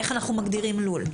איך אנחנו מגדירים לול.